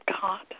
God